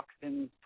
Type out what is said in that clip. toxins